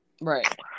right